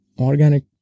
organic